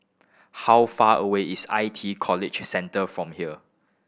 how far away is I T College Central from here